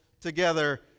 together